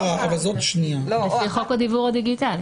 לפי חוק הדיוור הדיגיטלי.